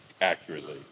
accurately